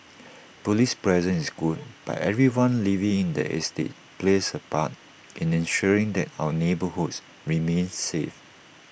Police presence is good but everyone living in the estate plays A part in ensuring that our neighbourhoods remain safe